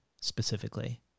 specifically